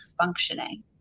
functioning